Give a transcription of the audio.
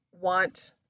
want